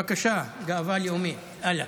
בבקשה, גאווה לאומית עלק.